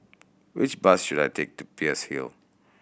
which bus should I take to Peirce Hill